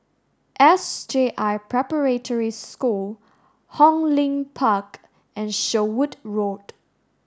S J I Preparatory School Hong Lim Park and Sherwood Road